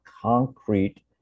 concrete